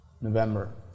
November